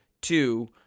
two